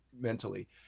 mentally